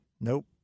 nope